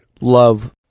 love